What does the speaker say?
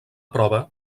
prova